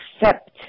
accept